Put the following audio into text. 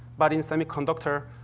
but in semiconductor,